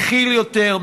מכיל יותר,